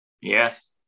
Yes